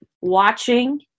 watching